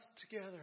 together